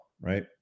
right